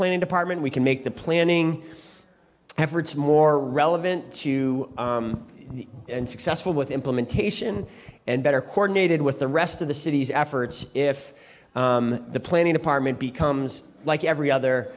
planning department we can make the planning efforts more relevant to and successful with implementation and better coordinated with the rest of the city's efforts if the planning department becomes like every other